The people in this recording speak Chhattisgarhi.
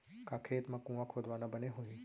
का खेत मा कुंआ खोदवाना बने होही?